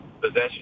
possession